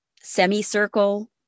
semicircle